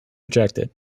rejected